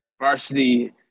varsity